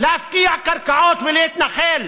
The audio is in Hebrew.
להפקיע קרקעות ולהתנחל.